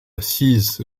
cisse